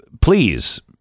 Please